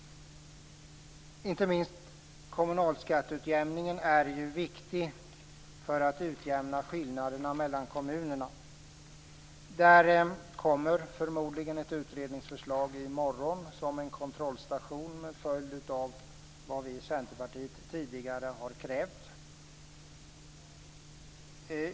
Inte minst kommunalskatteutjämningen är ju viktig för att utjämna skillnaderna mellan kommunerna. Där kommer förmodligen ett utredningsförslag i morgon som en kontrollstation till följd av vad vi i Centerpartiet tidigare har krävt.